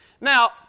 Now